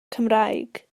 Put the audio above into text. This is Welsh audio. cymraeg